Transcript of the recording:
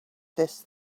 this